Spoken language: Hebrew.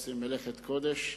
הם עושים מלאכת קודש.